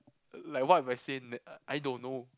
like what have I seen I don't know